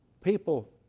People